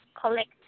collect